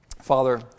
Father